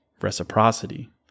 Reciprocity